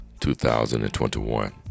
2021